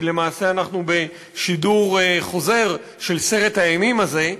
כי למעשה אנחנו בשידור חוזר של סרט האימים הזה.